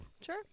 Sure